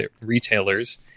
retailers